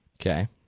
Okay